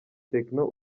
tekno